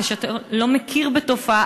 כשאתה לא מכיר בתופעה,